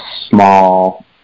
small